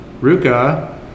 Ruka